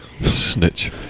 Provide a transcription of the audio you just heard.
Snitch